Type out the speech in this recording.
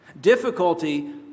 Difficulty